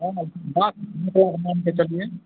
हाँ मान के चलिए